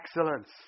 excellence